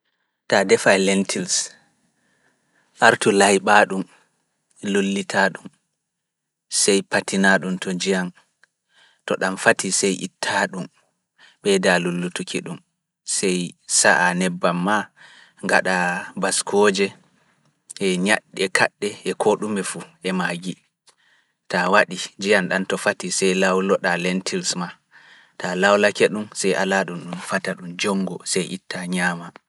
Ta defa e lentils, artu layɓa ɗum, lullita ɗum, sey patina ɗum to njiyan, to ɗam fati sey itta ɗum, ɓeyda lullutuki ɗum, sey sa'a nebbam maa, gaɗa baskooje, e ñaɗɗe kaɗɗe e koo ɗume fu fuu, e magi. Taa waɗi njiyan ɗan to fati sey lawloɗa len tils maa, taa lawlake ɗum sey ala ɗum ɗum fata ɗum jongo, sey itta ñaama.